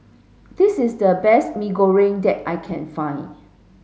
this is the best Mee Goreng that I can find